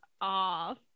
off